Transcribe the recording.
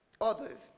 others